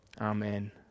Amen